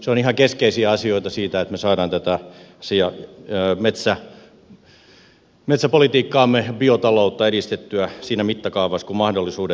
se on ihan keskeisiä asioita siinä että me saamme tätä metsäpolitiikkaamme ja biotalouttamme edistettyä siinä mittakaavassa kuin mahdollisuudet näyttävät